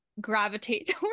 Gravitate